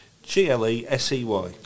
G-L-E-S-E-Y